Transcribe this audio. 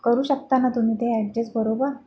करू शकता ना तुम्ही ते ॲडजस्ट बरोबर